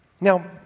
Now